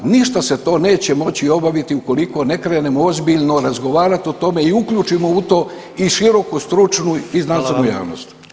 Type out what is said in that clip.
Ništa se to neće moći obaviti ukoliko ne krenemo ozbiljno razgovarati o tome i uključimo u to i široku stručnu i znanstvenu javnost.